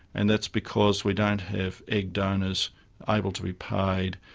and that's because we don't have egg donors able to be paid,